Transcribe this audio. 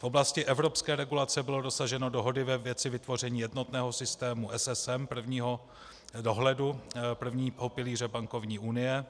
V oblasti evropské regulace bylo dosaženo dohody ve věci vytvoření jednotného systému SSM, prvního dohledu, prvního pilíře bankovní unie.